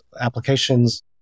applications